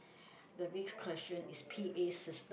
the next question is p_a system